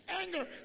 Anger